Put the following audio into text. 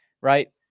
right